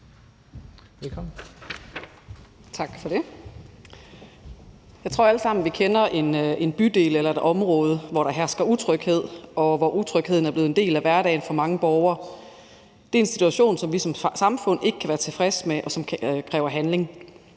Jeg tror, at vi alle sammen kender en bydel eller et område, hvor der hersker utryghed, og hvor utrygheden er blevet en del af hverdagen for mange borgere. Det er en situation, som vi som samfund ikke kan være tilfreds med, og som kræver handling.